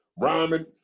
rhyming